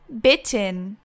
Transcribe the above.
bitten